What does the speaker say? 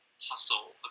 hustle